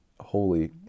holy